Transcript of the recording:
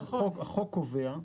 החוק הנוכחי קובע,